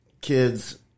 kids